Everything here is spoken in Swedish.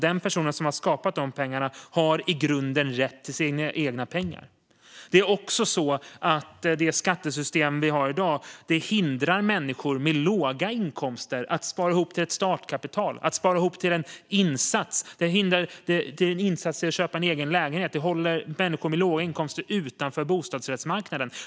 Den person som har skapat de pengarna har i grunden rätt till sina egna pengar. Det skattesystem vi har i dag hindrar människor med låga inkomster att spara ihop till ett startkapital och en insats för att köpa en egen lägenhet. Det håller människor med låga inkomster utanför bostadsrättsmarknaden.